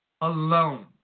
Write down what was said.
Alone